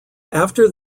after